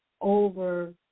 over